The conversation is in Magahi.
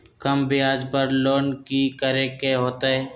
कम ब्याज पर लोन की करे के होतई?